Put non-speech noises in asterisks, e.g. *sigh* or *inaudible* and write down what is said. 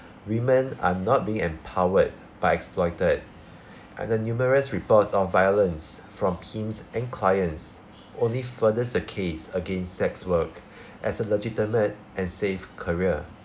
women are not being empowered but exploited and the numerous reports of violence from pimps and clients only furthers a case against sex work *breath* as a legitimate and safe career